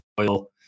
oil